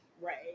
right